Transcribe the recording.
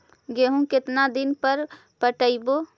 गेहूं केतना दिन पर पटइबै?